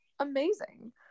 amazing